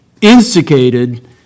instigated